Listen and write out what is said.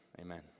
amen